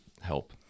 help